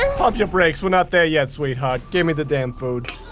pop your brakes we're not there yet, sweetheart. gimme the damn food.